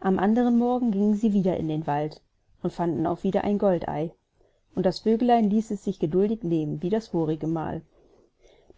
am andern morgen gingen sie wieder in den wald und fanden auch wieder ein goldei und das vöglein ließ es sich geduldig nehmen wie das vorigemal